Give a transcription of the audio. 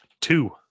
Two